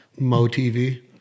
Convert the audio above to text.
MoTV